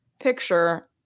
picture